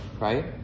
right